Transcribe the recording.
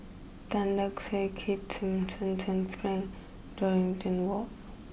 Tan Lark Sye Keith Simmons and Frank Dorrington Ward